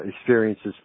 experiences